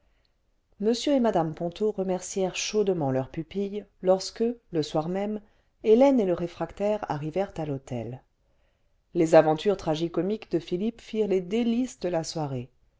m et mme ponto remercièrent chaudement leur pupille lorsque le soir même hélène et le réfractaire arrivèrent à l'hôtel les aventures tragi comiques de philippe firent les délices de la soirée